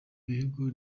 bihugu